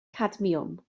cadmiwm